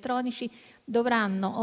produttori dovranno